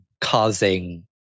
causing